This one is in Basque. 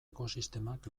ekosistemak